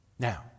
Now